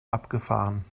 abgefahren